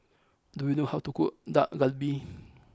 do you know how to cook Dak Galbi